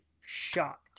shocked